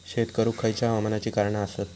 शेत करुक खयच्या हवामानाची कारणा आसत?